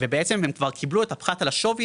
ובעצם הם כבר קיבלו את הפחת על השווי